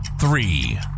three